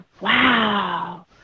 wow